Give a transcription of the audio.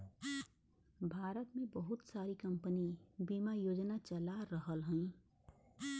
भारत में बहुत सारी कम्पनी बिमा योजना चला रहल हयी